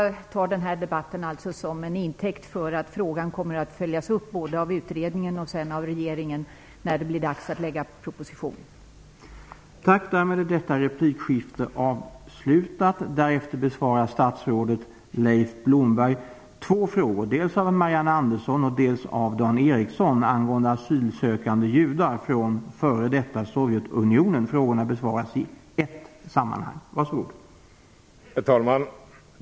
Jag tar denna debatt som intäkt för att frågan kommer att följas upp både av utredningen och av regeringen när det blir dags att lägga fram proposition i ärendet.